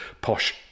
posh